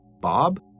Bob